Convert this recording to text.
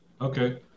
Okay